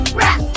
rap